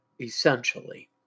essentially